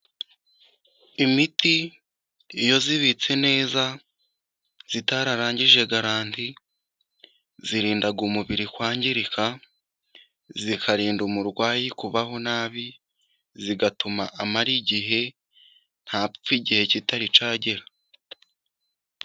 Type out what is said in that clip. Imiti iyo ibitse neza itararangije garanti, irinda umubiri kwangirika, ikarinda umurwayi kubaho nabi, igatuma amara igihe ntapfe igihe kitari cyagera.